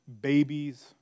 Babies